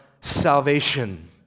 salvation